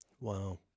Wow